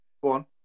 One